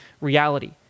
reality